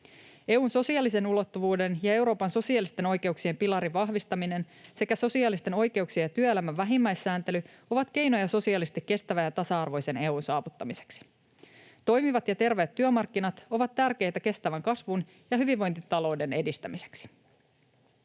EU:n sosiaalisen ulottuvuuden ja Euroopan sosiaalisten oikeuksien pilarin vahvistaminen sekä sosiaalisten oikeuksien ja työelämän vähimmäissääntely ovat keinoja sosiaalisesti kestävän ja tasa-arvoisen EU:n saavuttamiseksi. Toimivat ja terveet työmarkkinat ovat tärkeitä kestävän kasvun ja hyvinvointitalouden edistämiseksi.